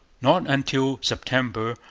not until september,